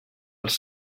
els